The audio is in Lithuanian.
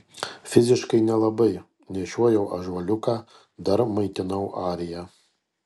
fiziškai nelabai nešiojau ąžuoliuką dar maitinau ariją